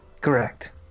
Correct